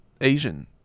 Asian